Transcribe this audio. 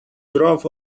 growth